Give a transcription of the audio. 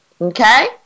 Okay